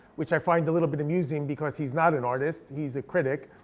which i find a little bit amusing because he's not an artist, he's a critic.